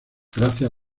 gracias